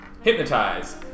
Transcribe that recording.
hypnotize